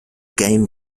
game